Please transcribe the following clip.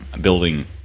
building